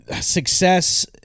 success